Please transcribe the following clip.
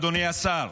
אדוני השר,